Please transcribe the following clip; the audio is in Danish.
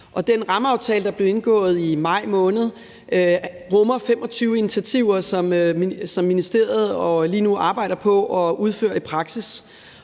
Den rammeaftale, der blev indgået i maj måned, rummer 25 initiativer, som ministeriet lige nu arbejder på at udføre i praksis.